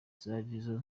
zari